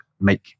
make